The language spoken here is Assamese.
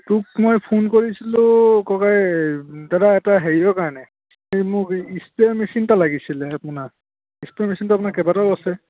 তোক মই ফোন কৰিছিলোঁ ককাই এই দাদা এটা হেৰিয় কাৰণে এই মোক স্প্ৰে মেচিন এটা লাগিছিলে আপোনাৰ স্প্ৰে মেচিনটো আপোনাৰ কেইবাটাও আছে